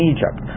Egypt